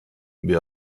wir